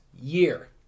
year